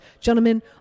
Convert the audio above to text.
Gentlemen